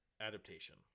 adaptation